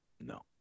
no